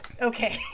okay